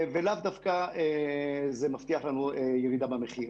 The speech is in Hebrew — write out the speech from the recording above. וזה לאו דווקא מבטיח לנו ירידה במחיר.